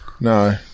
No